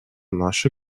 наше